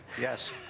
Yes